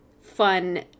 fun